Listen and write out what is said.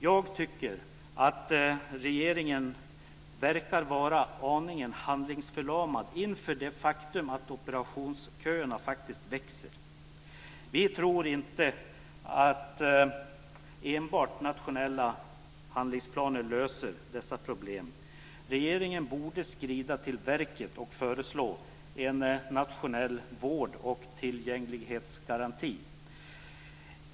Jag tycker att regeringen verkar vara aningen handlingsförlamad inför det faktum att operationsköerna faktiskt växer. Vi tror inte att enbart nationella handlingsplaner löser dessa problem. Regeringen borde skrida till verket och föreslå en nationell vård och tillgänglighetsgaranti.